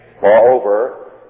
Moreover